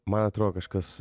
man atrodo kažkas